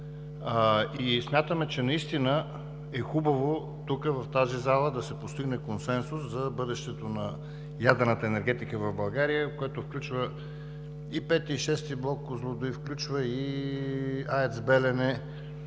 смятаме, че наистина е хубаво тук, в тази зала, да се постигне консенсус за бъдещето на ядрената енергетика в България, което включва и V, и VΙ блок „Козлодуй“, включва и АЕЦ „Белене“,